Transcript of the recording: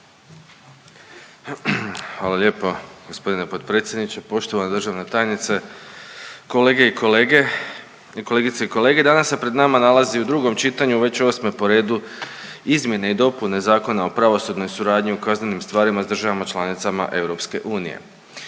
Hvala lijepo gospodine potpredsjedniče. Poštovana državna tajnice, kolege i kolege, kolegice i kolege, danas se pred nama nalazi u drugom čitanju već osme po redu izmjene i dopune Zakona o pravosudnoj suradnji u kaznenim stvarima s državama članicama EU. No, prije